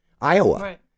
Iowa